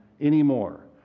anymore